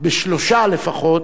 בשלושה לפחות,